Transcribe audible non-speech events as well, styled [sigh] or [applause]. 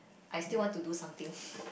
I still want to do something [breath]